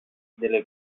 delle